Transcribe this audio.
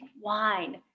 wine